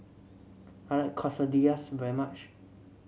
I like Quesadillas very much